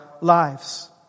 lives